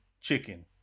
chicken